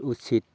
উচিত